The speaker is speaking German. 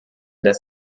dass